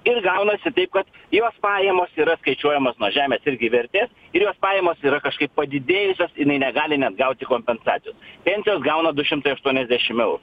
ir gaunasi taip kad jos pajamos yra skaičiuojamos nuo žemės irgi vertės ir jos pajamos yra kažkaip padidėjusios jinai negali net gauti kompensacijos pensijos gauna du šimtai aštuoniasdešim eurų